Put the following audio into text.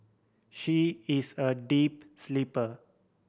she is a deep sleeper